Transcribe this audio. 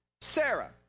Sarah